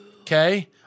Okay